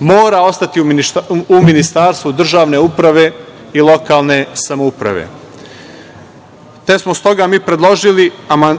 mora ostati u Ministarstvu državne uprave i lokalne samouprave, te smo s toga mi predložili